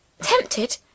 Tempted